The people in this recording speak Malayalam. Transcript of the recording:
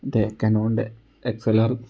അതെ കനോ്ന്റെ എക്സ് എൽ ആർ